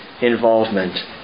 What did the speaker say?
involvement